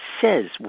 says